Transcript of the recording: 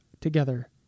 together